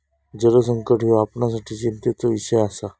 जलसंकट ह्यो आपणासाठी चिंतेचो इषय आसा